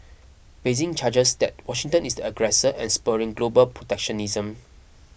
Beijing charges that Washington is the aggressor and spurring global protectionism